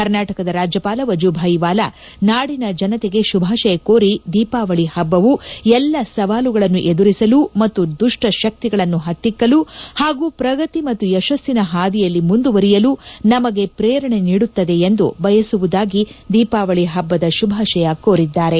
ಕರ್ನಾಟಕದ ರಾಜ್ವಪಾಲ ವಜುಭಾಯಿವಾಲಾ ನಾಡಿನ ಜನತೆಗೆ ಶುಭಾಶಯ ಕೋರಿ ದೀಪಾವಳಿ ಹಬ್ಬವು ಎಲ್ಲ ಸವಾಲುಗಳನ್ನು ಎದುರಿಸಲು ಮತ್ತು ದುಷ್ಪಶಕ್ತಿಗಳನ್ನು ಹತ್ತಿಕ್ಕಲು ಹಾಗೂ ಪ್ರಗತಿ ಮತ್ತು ಯಶಸ್ಸಿನ ಹಾದಿಯಲ್ಲಿ ಮುಂದುವರಿಯಲು ನಮಗೆ ಪ್ರೇರಣೆ ನೀಡುತ್ತದೆ ಎಂದು ಬಯಸುವುದಾಗಿ ದೀಪಾವಳಿ ಹಬ್ಲದ ಶುಭಾಶಯ ಕೋರಿದ್ದಾರೆ